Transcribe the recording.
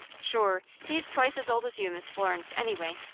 shure, he's twice as old as you, miss florence, anyway.